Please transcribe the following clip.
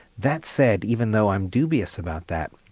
that said, even though i'm dubious about that,